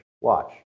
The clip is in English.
Watch